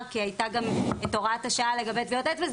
כי הייתה גם את הוראת השעה לגבי טביעות אצבע,